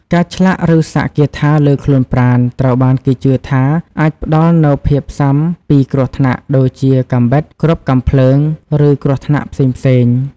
ការឆ្លាក់ឬសាក់គាថាលើខ្លួនប្រាណ ត្រូវបានគេជឿថាអាចផ្តល់នូវភាពស៊ាំពីគ្រោះថ្នាក់ ដូចជាកាំបិត គ្រាប់កាំភ្លើង ឬគ្រោះថ្នាក់ផ្សេងៗ។